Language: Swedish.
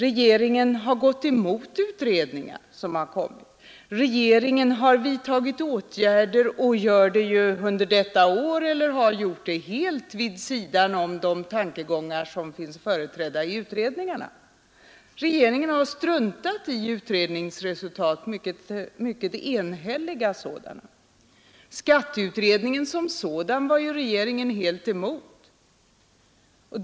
Regeringen har också gått emot utredningar som har presenterat sina betänkanden, och regeringen har vidtagit åtgärder — det har skett i år — helt vid sidan om de tankegångar som finns företrädda i utredningarna. Regeringen har struntat i mycket enhälliga utredningsresultat. Skatteutredningen som sådan var regeringen helt emot.